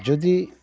ᱡᱩᱫᱤ